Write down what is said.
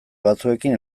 batzuekin